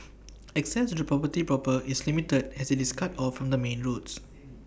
access to the property proper is limited as IT is cut off from the main roads